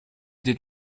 did